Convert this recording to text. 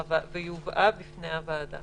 הובאה בפני הוועדה.